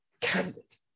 candidate